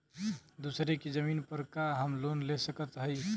दूसरे के जमीन पर का हम लोन ले सकत हई?